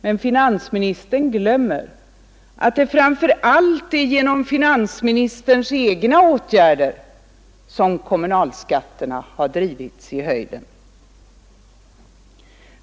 Men finansministern glömmer att det framför allt är genom finansministerns egna åtgärder som kommunalskatterna har drivits i höjden.